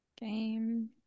Game